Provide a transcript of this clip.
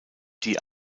die